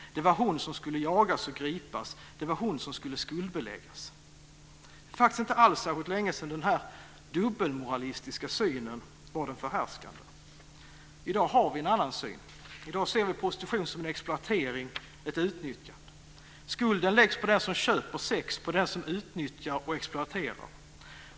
Det var hon som skulle jagas och gripas. Det var hon som skulle skuldbeläggas. Det är faktiskt inte alls särskilt länge sedan den här dubbelmoralistiska synen var den förhärskande. I dag har vi en annan syn. I dag ser vi prostitution som en exploatering, ett utnyttjande. Skulden läggs på den som köper sex, på den som utnyttjar och exploaterar.